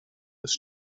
ist